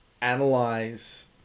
analyze